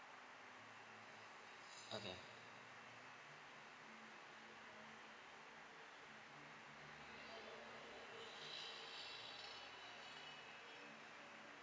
okay